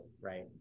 Right